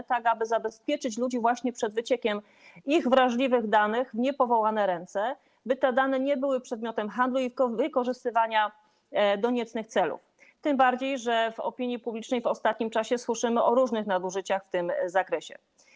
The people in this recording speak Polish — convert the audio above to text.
Chodzi o to, aby zabezpieczyć ludzi właśnie przed wyciekiem ich wrażliwych danych w niepowołane ręce, by te dane nie były przedmiotem handlu i wykorzystywania do niecnych celów, tym bardziej że opinia publiczna w ostatnim czasie słyszy o różnych nadużyciach w tym zakresie.